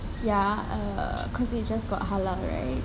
ya err because they just got halal right